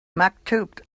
maktub